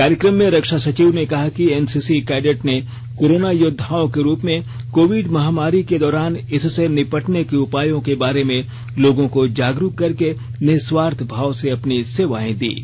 कार्यक्रम में रक्षा सचिव ने कहा कि एनसीसी कैडेट ने कोरोना योद्वाओं के रूप में कोविड महामारी को दौरान इससे निपटने के उपायों के बारे में लोगों को जागरूक करके निस्वार्थ भाव से अपनी सेवाएं दीं